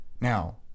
Now